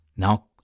Now